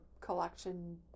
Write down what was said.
collection